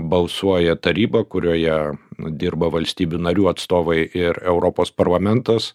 balsuoja taryba kurioje nu dirba valstybių narių atstovai ir europos parlamentas